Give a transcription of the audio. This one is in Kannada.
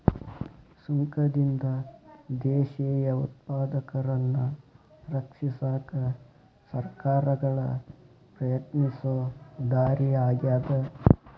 ಸುಂಕದಿಂದ ದೇಶೇಯ ಉತ್ಪಾದಕರನ್ನ ರಕ್ಷಿಸಕ ಸರ್ಕಾರಗಳ ಪ್ರಯತ್ನಿಸೊ ದಾರಿ ಆಗ್ಯಾದ